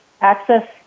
Access